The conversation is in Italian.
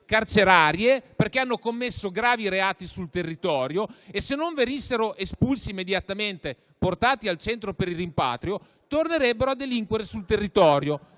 carcerarie perché hanno commesso gravi reati sul territorio e, se non venissero espulsi immediatamente e portati in un Centro per il rimpatrio, tornerebbero a delinquere sul territorio.